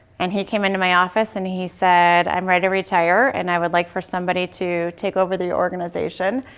and he came into my office. and he said i'm ready to retire, and i would like for somebody to take over the organization.